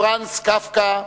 פרנץ קפקא,